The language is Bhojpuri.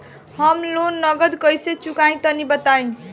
हम लोन नगद कइसे चूकाई तनि बताईं?